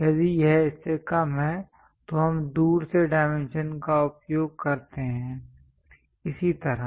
यदि यह इससे कम है तो हम दूर से डायमेंशन का उपयोग करते हैं इसी तरह